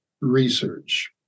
Research